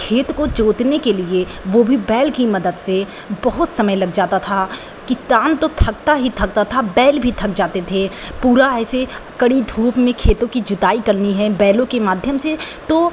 खेत को जोतने के लिए वो भी बैल की मदद से बहुत समय लग जाता था किसान तो थकता ही थकता था बैल भी थक जाते थे पूरा ऐसे कड़ी धूप में खेतों की जुताई करनी है बैलों के माध्यम से तो